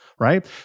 Right